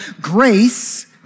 grace